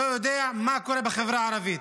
לא יודע מה קורה בחברה הערבית.